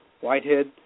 Whitehead